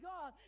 God